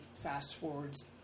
fast-forwards